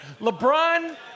lebron